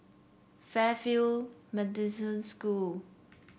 Fairfield Methodist School